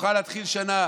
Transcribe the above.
נוכל להתחיל שנה